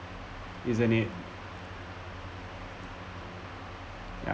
isn't it ya